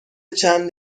چند